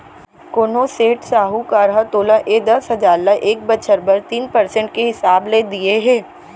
कोनों सेठ, साहूकार ह तोला ए दस हजार ल एक बछर बर तीन परसेंट के हिसाब ले दिये हे?